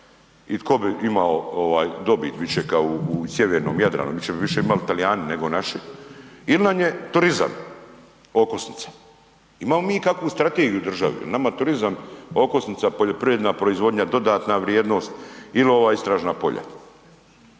i tko bi imao dobit više kao u sjevernom Jadranu, bit će više bi imali Talijani nego naši il nam je turizam okosnica. Imamo mi ikakvu strategiju u državi? Jer nama turizam okosnica poljoprivredna proizvodnja, dodatna vrijednost il ova istražna polja,